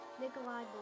Nikolai